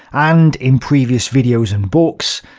and in previous videos and books,